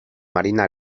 marina